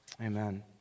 Amen